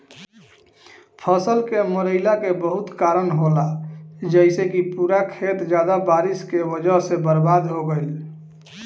फसल के मरईला के बहुत कारन होला जइसे कि पूरा खेत ज्यादा बारिश के वजह से बर्बाद हो गईल